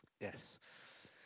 Yes